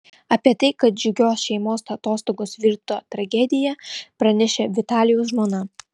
apie tai kad džiugios šeimos atostogos virto tragedija pranešė vitalijaus žmona